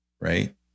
Right